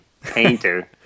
Painter